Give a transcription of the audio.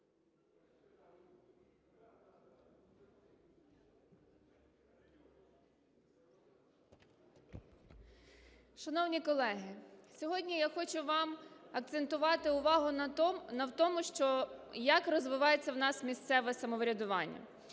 Шановні колеги, сьогодні я хочу вам акцентувати увагу на тому, як розвивається в нас місцеве самоврядування.